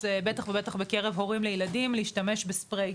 בטח ובטח בקרב הורים וילדים להשתמש בספריי,